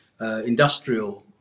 industrial